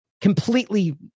completely